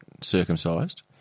circumcised